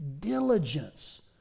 diligence